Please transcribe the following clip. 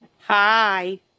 Hi